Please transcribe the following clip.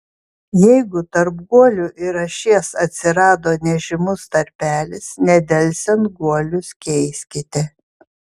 jeigu tarp guolių ir ašies atsirado nežymus tarpelis nedelsiant guolius keiskite